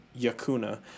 Yakuna